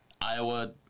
Iowa